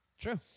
True